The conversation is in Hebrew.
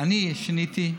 שאני שיניתי,